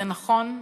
זה נכון,